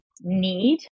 need